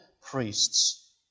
priests